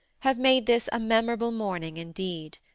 have made this a memorable morning indeed.